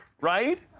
Right